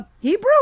Hebrew